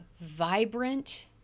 vibrant